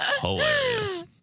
Hilarious